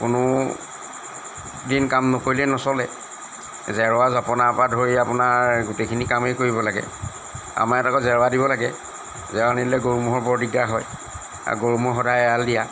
কোনো দিন কাম নকৰিলেই নচলে জেৰোৱা জপনাৰ পৰা ধৰি আপোনাৰ গোটেইখিনি কামেই কৰিব লাগে আমাৰ ইয়াত আকৌ জেৰোৱা দিব লাগে জেৰোৱা নিদিলে গৰু ম'হৰ বৰ দিগদাৰ হয় আৰু গৰু ম'হ সদায় এৰাল দিয়া